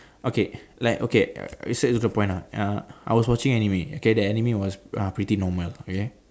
okay like okay err straight to the point ah I was watching anime okay the anime was uh pretty normal okay